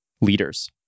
leaders